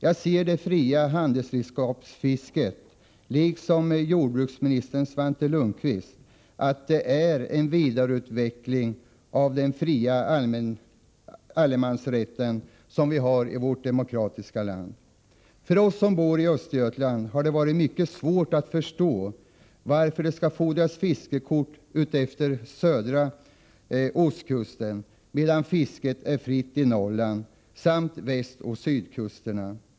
Jag anser, liksom jordbruksminister Svante Lundkvist, att det fria handredskapsfisket är en vidareutveckling av den allemansrätt som vi har i vårt demokratiska land. För oss som bor i Östergötland har det varit mycket svårt att förstå varför det skall fordras fiskekort utefter södra ostkusten medan fisket är fritt i Norrland samt utefter västoch sydkusterna.